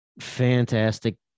fantastic